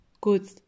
good